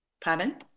Pardon